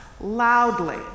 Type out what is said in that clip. loudly